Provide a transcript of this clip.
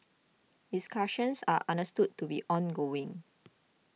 discussions are understood to be ongoing